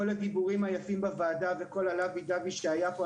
כל הדיבורים היפים בוועדה וכל הלאבי דאבי שהיה פה,